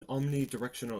omnidirectional